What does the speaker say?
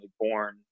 born